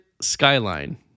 Skyline